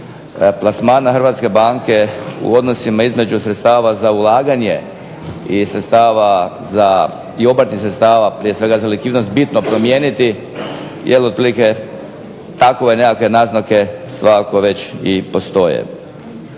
plasmana Hrvatske banke u odnosima između sredstava za ulaganje i obrtnih sredstava prije svega za likvidnost bitno promijeniti jer otprilike takve nekakve naznake svakako već i postoje.